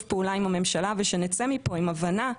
פעולה עם הממשלה ושנצא מפה עם הבנה שבסוף,